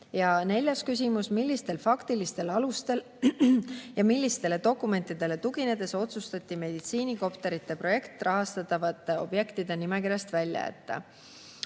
neljas küsimus: "Millistel faktilistel alustel ja millistele dokumentidele tuginedes otsustati meditsiinikopterite projekt rahastatavate objektide nimekirjast välja jätta?"